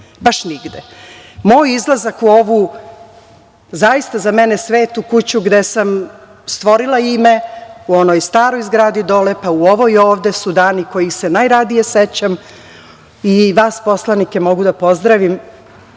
baš nigde, moj izlazak u ovu, zaista za mene svetu kuću, gde sam stvorila ime u onoj staroj zgradi dole, pa u ovoj ovde, su dani kojih se najradije sećam. Vas poslanike mogu da pozdravim